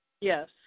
Yes